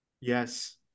Yes